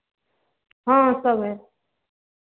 हाँ हाँ सब है